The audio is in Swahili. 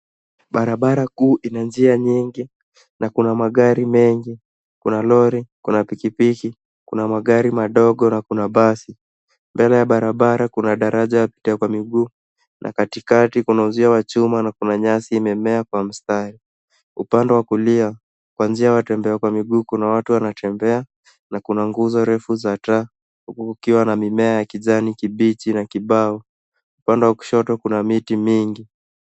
Barabar kuu ina njia nyingi na kuna barabara mengi kuna lori, kuna pikipiki, kuna magari madogo na kuna basi. Mbele ya barabara ya wapita kwa miguu na katikati kuna uzio wa chuma na kuna nyasi imemea kwa mstari. Upande wa kulia kwa njia ya watembea kwa miguu kuna watu wanatembea na nguzo refu za taa huku kukiwa na mimea ya kijani kibichi na kibao. Upande wa kushoto kuna miti mingi.